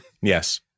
Yes